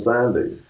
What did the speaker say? Sandy